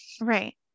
right